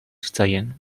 zitzaien